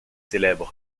célèbre